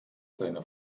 seine